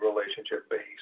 relationship-based